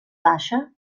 baixa